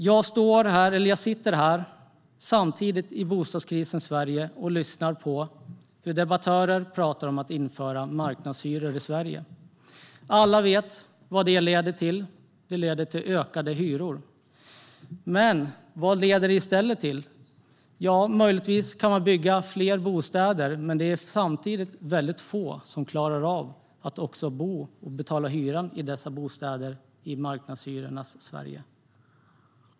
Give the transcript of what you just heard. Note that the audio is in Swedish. Jag sitter i bostadskrisens Sverige och lyssnar på hur debattörer talar om att införa marknadshyror i Sverige. Alla vet vad det leder till. Det leder till högre hyror. Vad leder det mer till? Möjligtvis kan man bygga fler bostäder, men det är få människor som klarar av att betala hyror för dessa bostäder i marknadshyrornas Sverige.